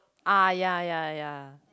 ah ya ya ya